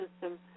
system